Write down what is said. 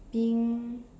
being